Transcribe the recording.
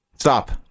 Stop